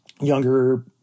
younger